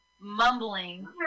mumbling